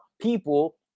people